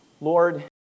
Lord